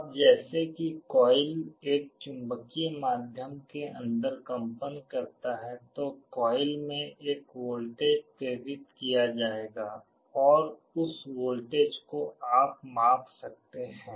अब जैसे कि कॉइल एक चुंबकीय माध्यम के अंदर कंपन करता है तो कॉइल में एक वोल्टेज प्रेरित किया जाएगा और उस वोल्टेज को आप माप सकते हैं